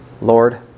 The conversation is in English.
Lord